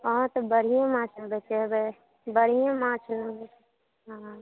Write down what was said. अहाँ तऽ बढ़िऑं माछ ने बतेबै बढ़िऑं माछ ने हॅं